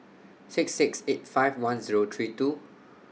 six six eight five one Zero three two